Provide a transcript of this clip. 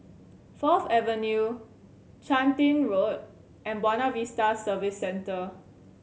Fourth Avenue Chun Tin Road and Buona Vista Service Centre